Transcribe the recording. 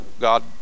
god